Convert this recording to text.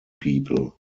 people